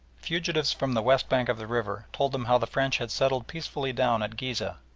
fugitives from the west bank of the river told them how the french had settled peacefully down at ghizeh,